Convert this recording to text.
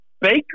Baker